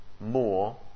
more